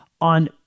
on